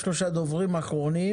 תודה רבה אדוני.